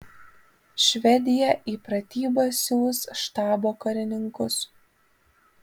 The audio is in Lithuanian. švedija į pratybas siųs štabo karininkus